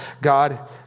God